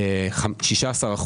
16%,